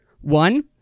One